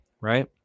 right